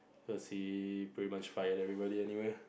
cause he pretty much fire everybody anyway